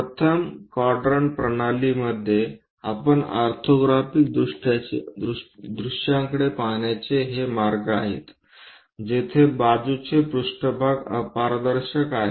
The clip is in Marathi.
प्रथम क्वाड्रंट प्रणालीमध्ये आपण ऑर्थोग्राफिक दृश्यांकडे पाहण्याचे हे मार्ग आहेत जेथे बाजूची पृष्ठभाग अपारदर्शक आहेत